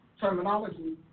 terminology